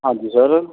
ਹਾਂਜੀ ਸਰ